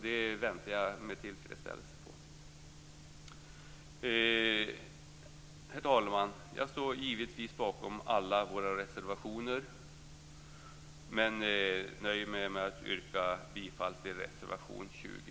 Det väntar jag alltså med tillförsikt på. Herr talman! Jag står givetvis bakom alla våra reservationer, men jag nöjer mig med att yrka bifall till reservation 20.